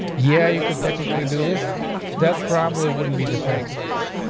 yeah, you could technically do this, but that probably wouldn't be the fastest way.